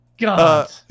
God